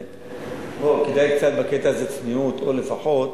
כדאי בקטע הזה קצת צניעות, או לפחות